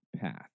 path